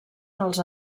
dels